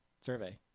Survey